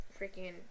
freaking